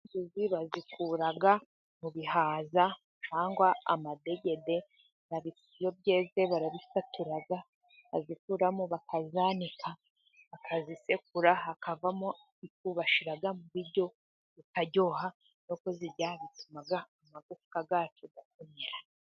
Inzuzi bazikura mu bihaza cyangwa amadegede. Iyo byeze barabisatura, bazikuramo bakazanika, bakazisekura, hakavamo ifu bashyira mu biryo bukaryoha, no kuzirya bituma amagufwa yacu akomera.